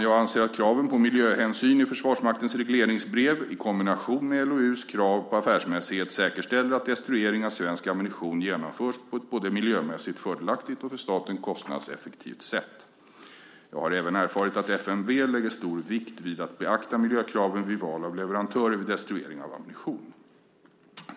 Jag anser att kraven på miljöhänsyn i Försvarsmaktens regleringsbrev i kombination med LOU:s krav på affärsmässighet säkerställer att destruering av svensk ammunition genomförs på ett både miljömässigt fördelaktigt och för staten kostnadseffektivt sätt. Jag har även erfarit att FMV lägger stor vikt vid att beakta miljökraven vid val av leverantörer vid destruering av ammunition.